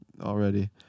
already